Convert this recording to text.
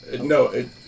no